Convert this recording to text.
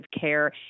care